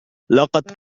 لقد